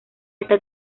esta